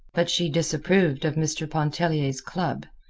but she disapproved of mr. pontellier's club,